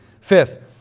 Fifth